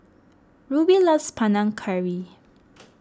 Rubie loves Panang Curry